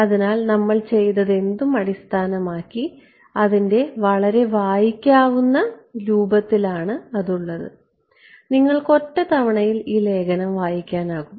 അതിനാൽ നമ്മൾ ചെയ്തതെന്തും അടിസ്ഥാനമാക്കി അതിന്റെ വളരെ വായിക്കാവുന്ന രൂപത്തിൽ ആണ് അതുള്ളത് നിങ്ങൾക്ക് ഒറ്റ തവണയിൽ ഈ ലേഖനം വായിക്കാൻ കഴിയും